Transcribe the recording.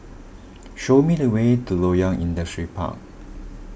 show me the way to Loyang Industrial Park